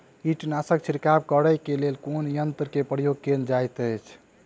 कीटनासक छिड़काव करे केँ लेल कुन यंत्र केँ प्रयोग कैल जाइत अछि?